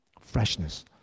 freshness